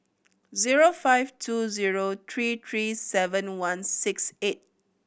zero five two zero three three seven one six eight